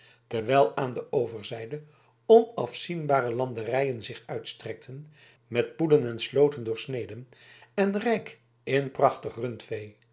terwijl aan de overzijde onafzienbare landerijen zich uitstrekten met poelen en slooten doorsneden en rijk in prachtig rundvee